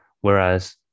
Whereas